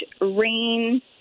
rain